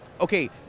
Okay